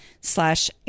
slash